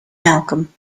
malcolm